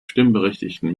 stimmberechtigten